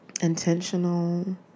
intentional